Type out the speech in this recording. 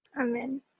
Amen